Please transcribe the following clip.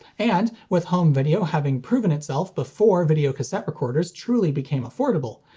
and, with home video having proven itself before videocassette recorders truly became affordable,